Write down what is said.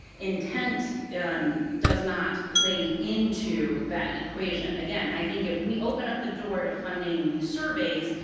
intent um does not play into that equation. again, i think if we open up the door to funding these surveys,